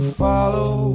follow